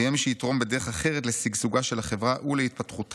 ויהיה מי שיתרום בדרך אחרת לשגשוגה של החברה ולהתפתחותה